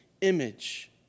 image